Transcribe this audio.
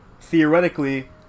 theoretically